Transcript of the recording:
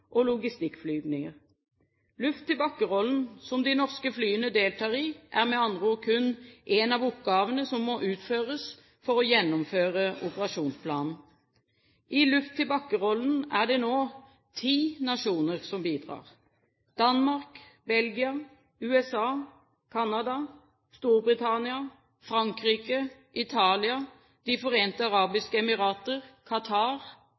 og logistikkflyvninger. Luft-til-bakke-rollen som de norske flyene deltar i, er med andre ord kun én av oppgavene som må utføres for å gjennomføre operasjonsplanen. I luft-til-bakke-rollen er det nå ti nasjoner som bidrar: Danmark, Belgia, USA, Canada, Storbritannia, Frankrike, Italia, De forente